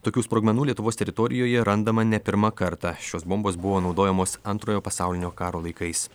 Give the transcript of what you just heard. tokių sprogmenų lietuvos teritorijoje randama ne pirmą kartą šios bombos buvo naudojamos antrojo pasaulinio karo laikais